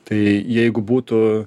tai jeigu būtų